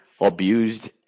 abused